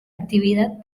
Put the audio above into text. actividad